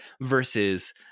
versus